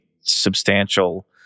substantial